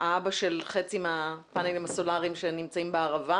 האבא של חצי מהפאנלים הסולריים שנמצאים בערבה.